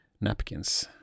napkins